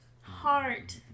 heart